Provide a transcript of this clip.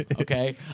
Okay